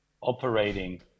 operating